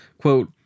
quote